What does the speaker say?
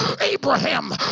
Abraham